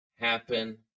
happen